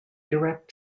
direct